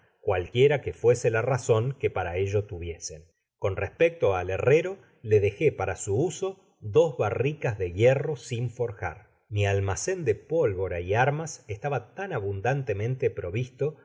cualquiera que fuese la razon que para ello tuviesen con respecto ai herrero le dejó para su uso dos barricas de hierro siu forjar mi almacen de pólvora y armas estaba tan abundantemente provisto